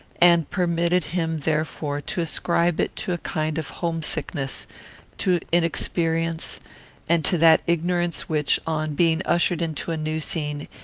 and permitted him therefore to ascribe it to a kind of homesickness to inexperience and to that ignorance which, on being ushered into a new scene,